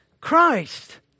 Christ